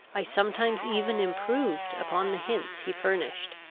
i sometimes even improved upon the hints he furnished.